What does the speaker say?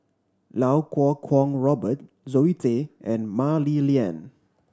Lau Kuo Kwong Robert Zoe Tay and Mah Li Lian